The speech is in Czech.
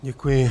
Děkuji.